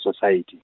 society